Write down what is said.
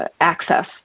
access